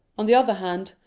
on the other hand,